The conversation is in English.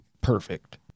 perfect